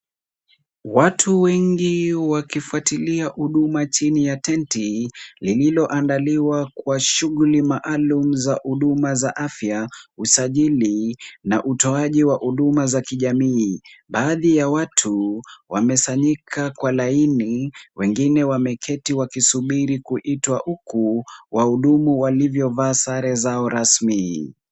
Watu wengi wakifuatilia huduma chini ya tenti lililoandaliwa kwa shughuli maalum za afya, usajili na utoaji wa huduma za kijamii. Baadhi ya watu wamesanyika kwa laini wengine wameketi wakisubiri kuitwa huku wahudumu waliovyovaa sare zao rasmi.